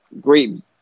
great